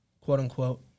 quote-unquote